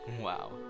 Wow